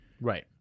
Right